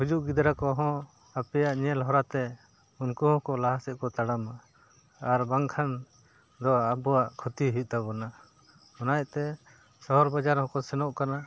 ᱦᱤᱡᱩᱜ ᱜᱤᱫᱽᱨᱟᱹ ᱠᱚᱦᱚᱸ ᱟᱯᱮᱭᱟᱜ ᱧᱮᱞ ᱦᱚᱨᱟ ᱛᱮ ᱩᱱᱠᱩ ᱦᱚᱸᱠᱚ ᱞᱟᱦᱟ ᱥᱮᱫ ᱠᱚ ᱛᱟᱲᱟᱢᱟ ᱟᱨ ᱵᱟᱝᱠᱷᱟᱱ ᱫᱚ ᱟᱵᱚᱣᱟᱜ ᱠᱷᱚᱛᱤ ᱦᱩᱭᱩᱜ ᱛᱟᱵᱚᱱᱟ ᱚᱱᱟᱛᱮ ᱥᱚᱦᱚᱨ ᱵᱟᱡᱟᱨ ᱦᱚᱸᱠᱚ ᱥᱮᱱᱚᱜ ᱠᱟᱱᱟ